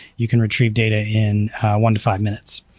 you can retrieve data in one to five minutes.